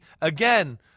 again